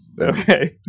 Okay